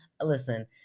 Listen